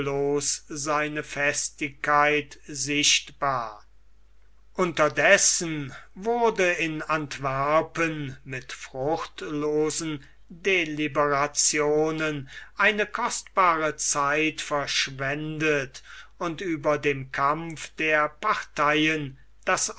seine festigkeit sichtbar unterdessen wurde in antwerpen mit fruchtlosen deliberationen eine kostbare zeit verschwendet und über dem kampf der parteien das